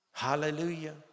Hallelujah